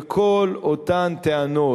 וכל אותן טענות,